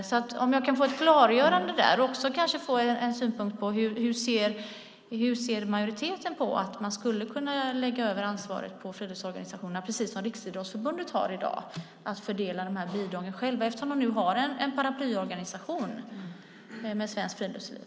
Kanske kunde jag få ett klargörande där och kanske också en synpunkt på hur majoriteten ser på möjligheterna att lägga över ansvaret på friluftsorganisationerna - precis som det i dag är för Riksidrottsförbundet - att själva fördela bidragen. De har ju en paraplyorganisation i och med Svenskt Friluftsliv.